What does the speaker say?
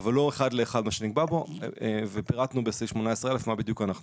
אבל לא אחד לאחד מה שנקבע פה ופירטנו בסעיף 18א מה בדיוק אנחנו עושים.